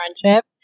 friendship